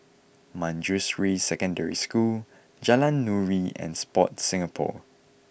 Manjusri Secondary School Jalan Nuri and Sport Singapore